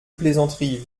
plaisanteries